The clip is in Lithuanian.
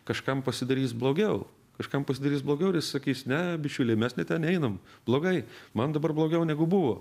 kažkam pasidarys blogiau kažkam pasidarys blogiau ir jis sakys ne bičiuliai mes ne ten einam blogai man dabar blogiau negu buvo